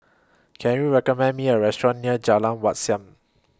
Can YOU recommend Me A Restaurant near Jalan Wat Siam